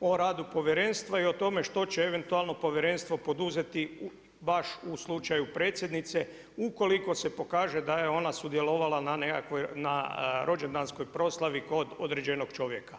o radu povjerenstva i o tome što će eventualno povjerenstvo poduzeti baš u slučaju Predsjednice ukoliko se pokaže da je ona sudjelovala na rođendanskoj proslavi kod određenog čovjeka.